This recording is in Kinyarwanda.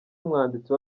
umwanditsi